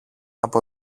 από